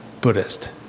Buddhist